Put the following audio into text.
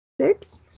Six